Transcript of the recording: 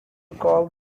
called